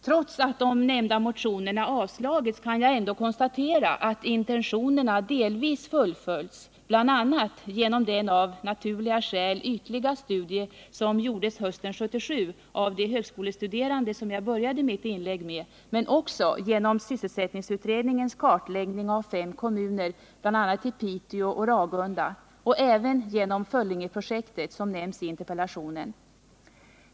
Trots att de nämnda motionerna avslagits kan jag ändå konstatera att intentionerna delvis fullföljts bl.a. genom den av naturliga skäl ytliga studie som gjordes hösten 1977 av de högskolestuderande, som jag började mitt inlägg med, men också genom sysselsättningsutredningens kartläggning av fem kommuner, bl.a. Piteå och Ragunda, och även genom Föllingeprojektet, som nämns i interpellationen.